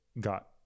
got